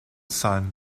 son